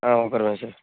ఒకరమే sir